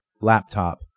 laptop